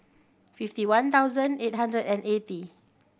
fifty one thousand eight hundred and eighty